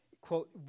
quote